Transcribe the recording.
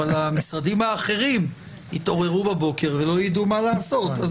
אבל המשרדים האחרים יתעוררו בבוקר ולא יידעו מה לעשות.